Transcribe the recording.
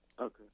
Okay